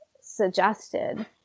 suggested